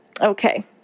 Okay